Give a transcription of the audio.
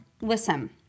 listen